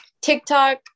TikTok